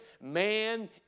man